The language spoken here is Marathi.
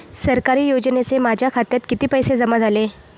सरकारी योजनेचे माझ्या खात्यात किती पैसे जमा झाले?